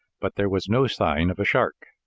but there was no sign of a shark.